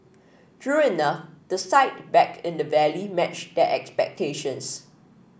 true enough the sight back in the valley matched their expectations